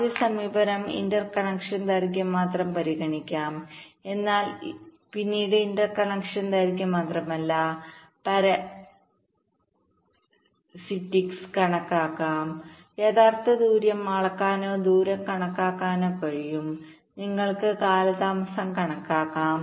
ആദ്യ സമീപനം interconnection ദൈർഘ്യം മാത്രം പരിഗണിക്കും എന്നാൽ പിന്നീട് ഇന്റർ കണക്ഷൻ ദൈർഘ്യം മാത്രമല്ല പരസിറ്റിക്സ് കണക്കാക്കാം യഥാർത്ഥ ദൂരം അളക്കാനോ ദൂരം കണക്കാക്കാനോ കഴിയും നിങ്ങൾക്ക് കാലതാമസം കണക്കാക്കാം